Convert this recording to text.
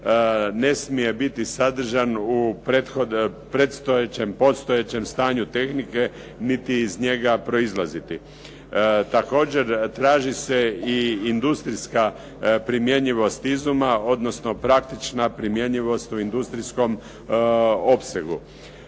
ne smije biti sadržan u predstojećem, podstojećem stanju tehnike niti iz njega proizlaziti. Također, traži se i industrijska primjenjivost izuma odnosno praktična primjenjivost u industrijskom opsegu.